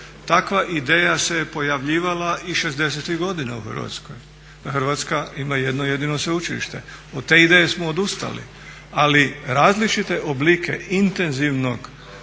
Takva ideja se je pojavljivala i šezdesetih godina u Hrvatskoj da Hrvatska ima jedno jedino sveučilište. Od te ideje smo odustali, ali različite oblike intenzivnog